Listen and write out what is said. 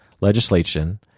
legislation